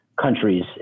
countries